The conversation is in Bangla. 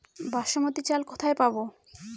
বাসমতী চাল কোথায় পাবো?